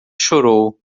chorou